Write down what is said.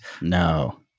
No